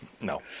no